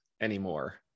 anymore